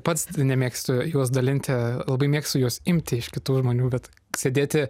pats nemėgstu juos dalinti labai mėgstu juos imti iš kitų žmonių bet sėdėti